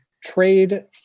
trade